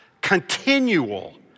continual